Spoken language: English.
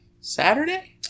Saturday